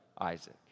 Isaac